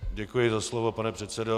Děkuji za slovo, pane předsedo.